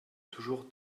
toujours